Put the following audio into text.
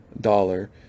dollar